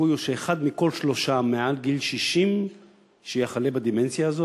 הסיכוי הוא שאחד מכל שלושה מעל גיל 60 יחלה בדמנציה.